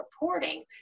reporting